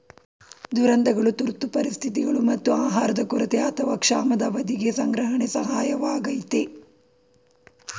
ದುರಂತಗಳು ತುರ್ತು ಪರಿಸ್ಥಿತಿಗಳು ಮತ್ತು ಆಹಾರದ ಕೊರತೆ ಅಥವಾ ಕ್ಷಾಮದ ಅವಧಿಗೆ ಸಂಗ್ರಹಣೆ ಸಹಾಯಕವಾಗಯ್ತೆ